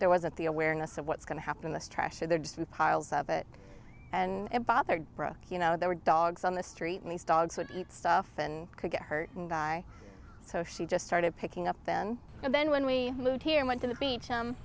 there wasn't the awareness of what's going to happen in the stress or they're just in piles of it and bothered you know there were dogs on the street and these dogs would eat stuff and could get hurt so she just started picking up then and then when we moved here and went to the beach um